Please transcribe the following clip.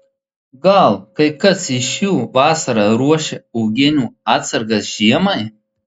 gal kai kas iš jų vasarą ruošia uogienių atsargas žiemai